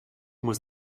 muss